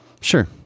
Sure